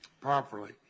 properly